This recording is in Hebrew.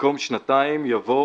במקום "שנתיים" יבוא